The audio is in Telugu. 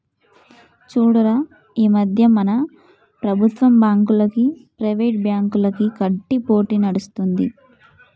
చూడురా ఈ మధ్య మన ప్రభుత్వం బాంకులకు, ప్రైవేట్ బ్యాంకులకు గట్టి పోటీ నడుస్తుంది